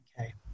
okay